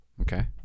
Okay